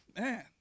man